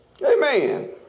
Amen